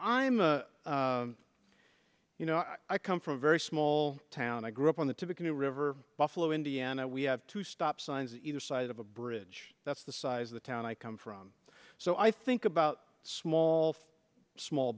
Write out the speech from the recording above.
i'm you know i come from a very small town i grew up on the typically river buffalo indiana we have to stop signs either side of a bridge that's the size of the town i come from so i think about small small